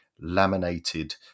laminated